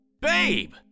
Babe